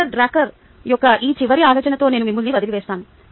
Peter Drucker యొక్క ఈ చివరి ఆలోచనతో నేను మిమ్మల్ని వదిలివేస్తాను